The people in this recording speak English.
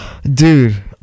Dude